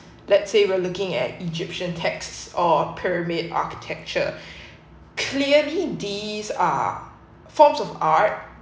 let's say we're looking at egyptian texts or pyramid architecture clearly these are forms of art